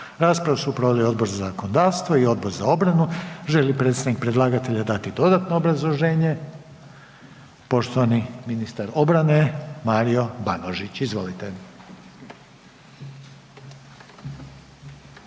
Raspravu su proveli Odbor za zakonodavstvo i Odbor za obranu. Želi li predstavnik predlagatelja dati dodatno obrazloženje? Poštovani ministar obrane, Mario Banožić, izvolite.